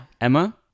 Emma